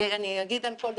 אני אגיד על כל דבר.